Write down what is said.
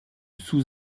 sous